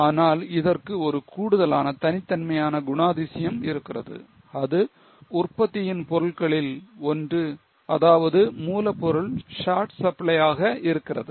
ஆனால் இதற்கு ஒரு கூடுதலான தனித்தன்மையான குணாதிசயம் இருக்கிறது அது மூலப் பொருட்களில் ஒன்று உற்பத்தியின் பொருள்களில் ஒன்று அதாவது மூலப்பொருள் short supply ஆக இருக்கிறது